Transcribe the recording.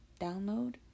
download